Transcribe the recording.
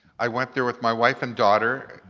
i went there with my wife and daughter.